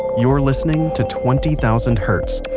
you're listening to twenty thousand hertz.